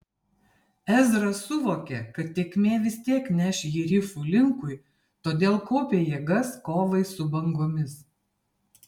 ezra suvokė kad tėkmė vis tiek neš jį rifų linkui todėl kaupė jėgas kovai su bangomis